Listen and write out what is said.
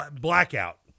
Blackout